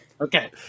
Okay